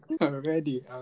Already